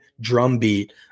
drumbeat